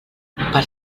per